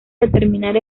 determinar